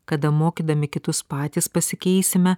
kada mokydami kitus patys pasikeisime